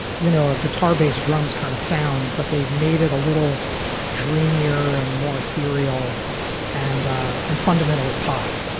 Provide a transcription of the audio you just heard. you know, a guitar, bass, drums kind of sound. but they've made it a little dreamier and more ethereal and and fundamentally pop.